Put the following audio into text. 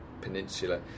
peninsula